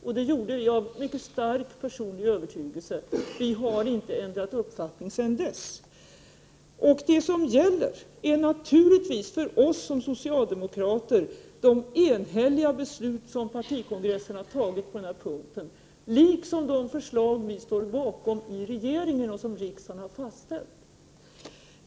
Jag gjorde det av mycket stark personlig övertygelse. Vi har inte ändrat uppfattning sedan dess. Det som gäller för oss socialdemokrater är naturligtvis de enhälliga beslut som partikongressen har fattat på denna punkt, liksom de förslag som vi i regeringen står bakom och som riksdagen har fattat beslut om.